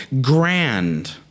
grand